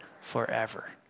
forever